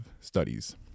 studies